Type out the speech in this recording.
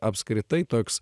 apskritai toks